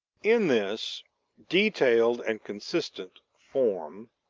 in this detailed and consistent form,